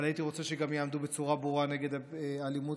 אבל הייתי רוצה שגם יעמדו בצורה ברורה נגד האלימות